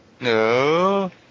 No